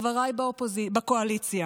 לחבריי בקואליציה: